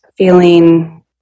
feeling